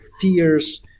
tears